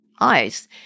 eyes